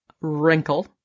wrinkle